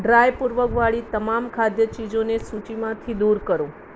dry પૂર્વગવાળી તમામ ખાદ્ય ચીજોને સૂચિમાંથી દૂર કરો